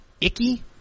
icky